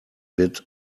bid